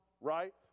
right